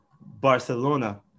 Barcelona